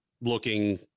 looking